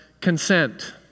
consent